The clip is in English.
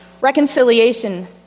Reconciliation